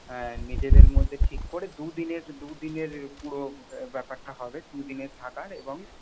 নিজেদের মধ্যে ঠিক করে দুদিনের দুদিনের পুরো ব্যাপারটা হবে দুদিনের থাকার এবং